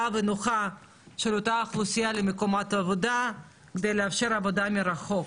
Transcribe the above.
ונוחה של אותה אוכלוסייה למקומות העבודה כדי לאפשר עבודה מרחוק.